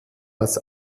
als